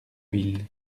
ville